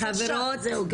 חברות, זהו.